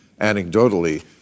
anecdotally